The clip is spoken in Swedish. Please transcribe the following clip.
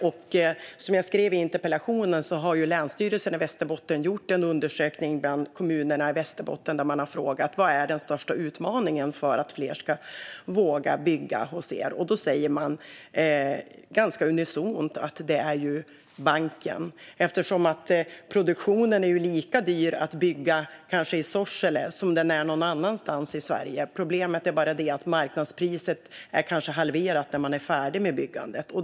Som jag skrev i interpellationen har Länsstyrelsen i Västerbotten gjort en undersökning bland kommunerna i Västerbotten där man frågat: Vad är den största utmaningen för att fler ska våga bygga hos er? De säger ganska unisont att det är banken. Produktionen är lika dyr att bygga kanske i Sorsele som den är någon annanstans i Sverige. Problemet är bara det att marknadspriset kanske är halverat när man är färdig med byggandet.